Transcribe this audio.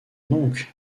donc